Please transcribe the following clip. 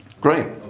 Great